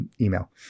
email